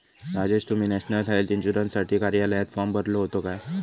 राजेश, तुम्ही national health इन्शुरन्ससाठी कार्यालयात फॉर्म भरलो होतो काय?